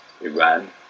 Iran